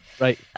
Right